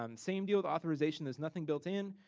um same deal with authorization. there's nothing built in,